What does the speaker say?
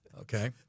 Okay